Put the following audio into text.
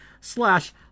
slash